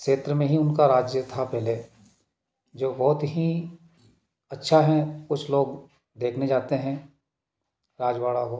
क्षेत्र में ही उनका राज्य था पहले जो बहुत ही अच्छा है कुछ लोग देखने जाते हैं राजवाड़ा को